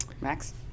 Max